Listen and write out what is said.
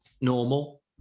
normal